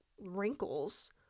wrinkles